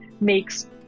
makes